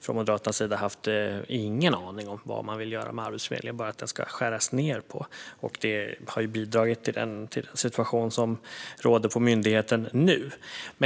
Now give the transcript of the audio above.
Från Moderaternas sida har man ju inte haft någon aning om vad man vill göra med Arbetsförmedlingen, bara att den ska skäras ned på, och det har bidragit till den situation som råder på myndigheten nu.